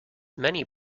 many